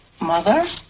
Mother